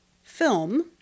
film